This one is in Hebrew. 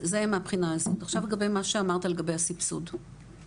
עכשיו לגבי מה שאמרת לגבי הסבסוד,